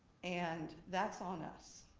and that's on us.